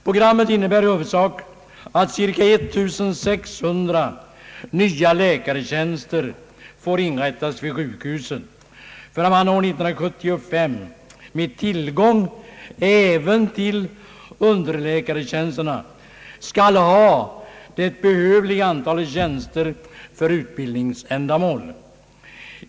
Programmet innebär i huvudsak att cirka 1600 nya läkartjänster får inrättas vid sjukhusen för att man år 1975, med tillgång även till underläkartjänsterna, skall ha det behövliga antalet tjänster för utbildningsändamål.